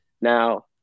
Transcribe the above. Now